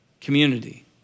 Community